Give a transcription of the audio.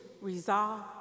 resolve